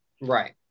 Right